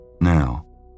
Now